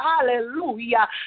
hallelujah